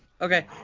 Okay